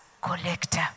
collector